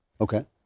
Okay